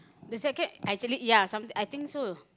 the second actually ya some~ I think so